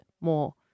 more